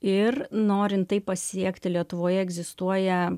ir norint tai pasiekti lietuvoje egzistuoja